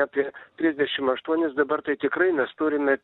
apie trisdešimt aštuonias dabar tai tikrai nes turime